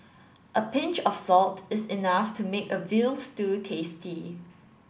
a pinch of salt is enough to make a veal stew tasty